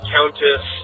Countess